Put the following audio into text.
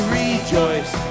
rejoice